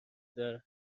دار